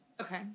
Okay